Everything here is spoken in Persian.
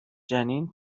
جنین